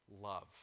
love